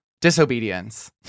Disobedience